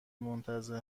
منتظر